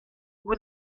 vous